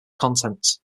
contents